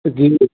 जी